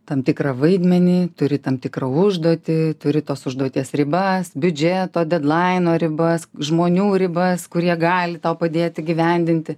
tam tikrą vaidmenį turi tam tikrą užduotį turi tos užduoties ribas biudžeto dedlaino ribas žmonių ribas kurie gali tau padėti įgyvendinti